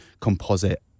composite